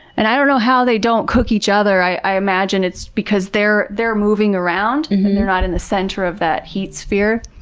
and, i don't know how they don't cook each other. i imagine it's because they're they're moving around and they're not in the center of that heat sphere.